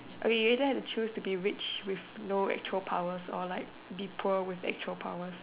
okay you either have to choose to be rich with no actual powers or be poor with actual powers